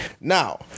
Now